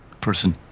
person